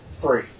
three